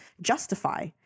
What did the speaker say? justify